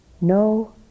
no